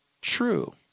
true